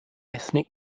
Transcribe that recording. ethnic